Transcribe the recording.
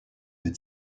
deux